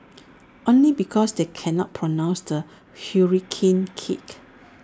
only because they cannot pronounce the hurricane kick